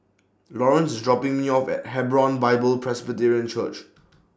Laurence IS dropping Me off At Hebron Bible Presbyterian Church